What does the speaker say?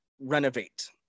renovate